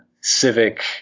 civic